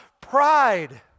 pride